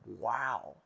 wow